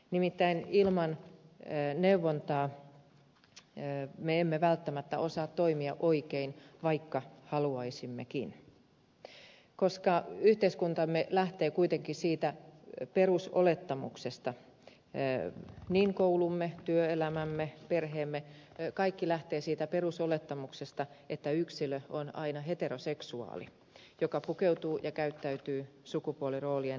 nimittäin ilman neuvontaa me emme välttämättä osaa toimia oikein vaikka haluaisimmekin koska yhteiskuntamme lähtee kuitenkin siitä perusolettamuksesta koulumme työelämämme perheemme kaikki lähtee siitä perusolettamuksesta että yksilö on aina heteroseksuaali joka pukeutuu ja käyttäytyy sukupuoliroolien edellyttämällä tavalla